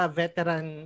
veteran